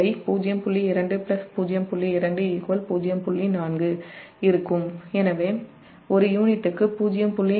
4 இருக்கும் எனவே ஒரு யூனிட்டுக்கு 0